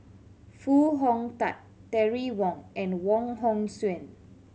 Foo Hong Tatt Terry Wong and Wong Hong Suen